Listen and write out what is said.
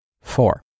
Four